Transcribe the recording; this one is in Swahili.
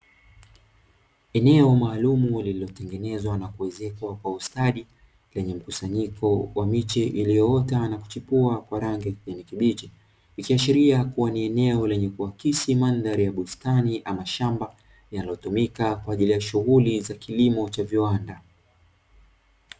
Eneo maalumu lililotengenezwa na kuezekwa kwa ustadi, lenye mkusanyiko wa miche iliyoota na kuchipua kwa rangi ya kijani kibichi. Ikiashiria kuwa ni eneo lenye kuakisi mandhari ya bustani ama shamba yaliyotumika kwa ajili ya shughuli za kilimo cha viwanda.